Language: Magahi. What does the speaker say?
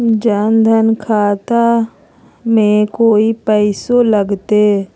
जन धन लाभ खाता में कोइ पैसों लगते?